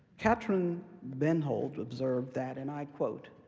katrin bennhold observed that, and i quote,